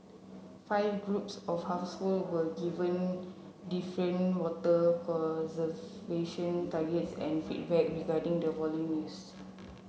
five groups of household were given different water conservation targets and feedback regarding the volume used